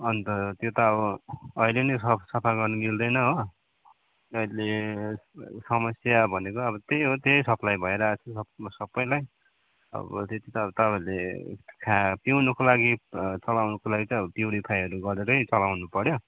अन्त त्यो त अब अहिले नै सफा गर्न मिल्दैन हो अहिले समस्या भनेको अब त्यही हो त्यही सप्लाई भइरहेको छ सबैलाई अब त्यति त तपाईँहरूले खा पिउनको लागि चलाउनुको लागि त प्युरिफाई गरेरै चलाउँनु पर्यो